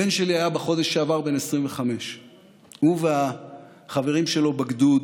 הבן שלי היה בחודש שעבר בן 25. הוא והחברים שלו בגדוד